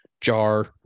jar